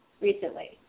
recently